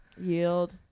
yield